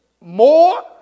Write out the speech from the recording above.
more